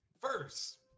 First